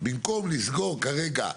"אינפרא 1"